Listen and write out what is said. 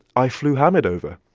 i flew hamid over,